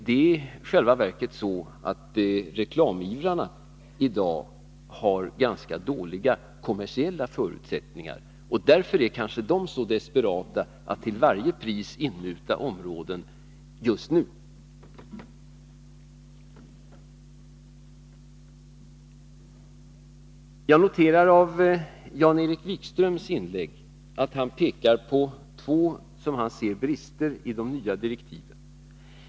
I själva verket har reklamivrarna i dag ganska dåliga kommersiella förutsättningar, och därför är de kanske så desperata när det gäller att till varje pris inmuta områden just nu. Jan-Erik Wikström pekar på två brister, som han ser det, i de nya direktiven.